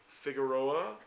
Figueroa